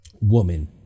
woman